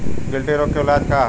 गिल्टी रोग के इलाज का ह?